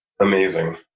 amazing